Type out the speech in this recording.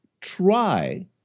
try